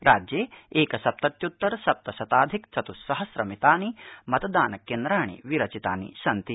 राज्य प्रिक सप्तत्य्तर सप्त शताधिक चतुस्सहस्र मितानि मतदान क्व्रिाणि विरचितानि सन्ति